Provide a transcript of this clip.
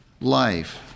life